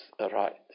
right